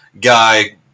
guy